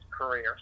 career